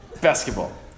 Basketball